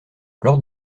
lors